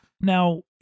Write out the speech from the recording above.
Now